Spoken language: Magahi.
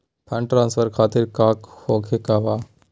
फंड ट्रांसफर खातिर काका होखे का बा?